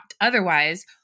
Otherwise